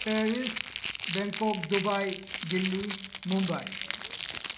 Paris Bangkok Dubai Delhi Mumbai